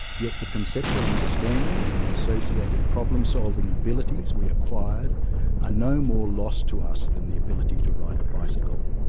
yet the conceptual understanding and the associated problem solving abilities we acquired are ah no more lost to us than the ability to ride a bicycle.